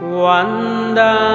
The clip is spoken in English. wanda